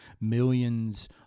millions